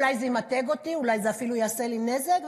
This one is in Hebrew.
אולי זה ימתג אותי, אולי זה אפילו יעשה לי נזק.